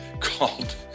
called